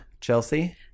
Chelsea